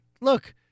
look